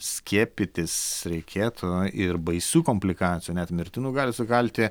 skiepytis reikėtų ir baisių komplikacijų net mirtinų gali sukelti